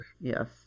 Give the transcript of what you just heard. Yes